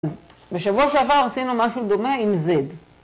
‫אז בשבוע שעבר עשינו ‫משהו דומה עם Z.